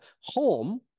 home